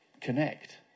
connect